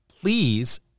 please